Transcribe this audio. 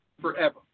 forever